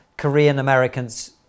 Korean-Americans